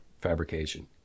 fabrication